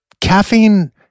caffeine